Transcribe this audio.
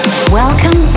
Welcome